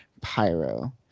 Pyro